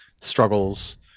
struggles